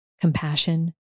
compassion